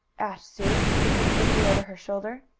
asked sue, looking quickly over her shoulder.